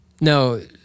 No